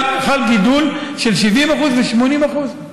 חל גידול של 70% ו-80%.